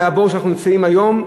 מהבור שאנחנו נמצאים בתוכו היום,